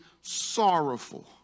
sorrowful